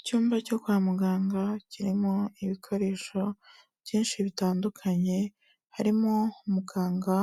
Icyumba cyo kwa muganga kirimo ibikoresho byinshi bitandukanye, harimo muganga